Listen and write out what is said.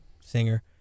singer